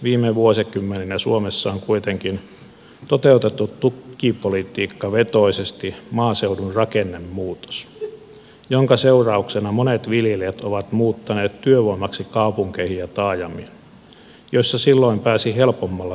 viime vuosikymmeninä suomessa on kuitenkin toteutettu tukipolitiikkavetoisesti maaseudun rakennemuutos jonka seurauksena monet viljelijät ovat muuttaneet työvoimaksi kaupunkeihin ja taajamiin joissa silloin pääsi helpommalla parempiin ansioihin